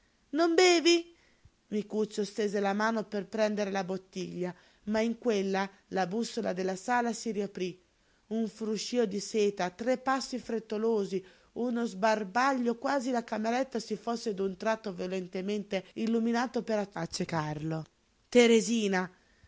non bevi micuccio stese la mano per prendere la bottiglia ma in quella la bussola della sala si riaprí un fruscío di seta tre passi frettolosi uno sbarbaglio quasi la cameretta si fosse d'un tratto violentemente illuminata per accecarlo teresina e